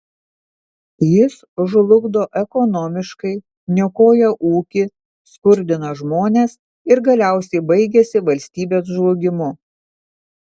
jis žlugdo ekonomiškai niokoja ūkį skurdina žmones ir galiausiai baigiasi valstybės žlugimu